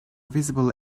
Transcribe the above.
visible